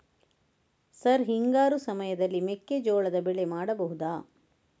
Sir ಹಿಂಗಾರು ಸಮಯದಲ್ಲಿ ಮೆಕ್ಕೆಜೋಳದ ಬೆಳೆ ಮಾಡಬಹುದಾ?